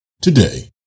Today